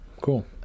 Cool